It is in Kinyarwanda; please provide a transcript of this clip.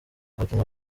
abakinnyi